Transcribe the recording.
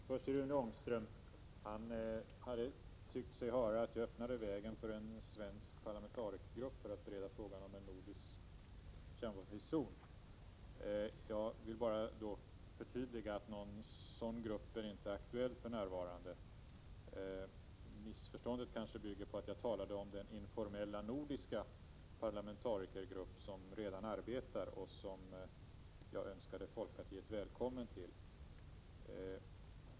Herr talman! Jag vänder mig först till Rune Ångström. Han hade tyckt sig höra att jag öppnade vägen för en svensk parlamentarikergrupp för att bereda frågan om en nordisk kärnvapenfri zon. Jag vill bara förtydliga att någon sådan grupp inte är aktuell för närvarande. Missförståndet kanske beror på att jag talade om den informella nordiska parlamentarikergrupp som redan arbetar och som jag önskade folkpartiet välkommen till.